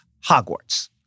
Hogwarts